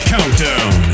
Countdown